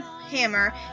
hammer